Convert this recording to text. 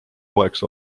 toeks